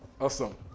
Awesome